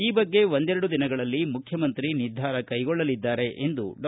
ಆ ಬಗ್ಗೆ ಒಂದೆರಡು ದಿನಗಳಲ್ಲಿ ಮುಖ್ಯಮಂತ್ರಿ ನಿರ್ಧಾರ ಕೈಗೊಳ್ಳುವರು ಎಂದು ಡಾ